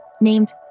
named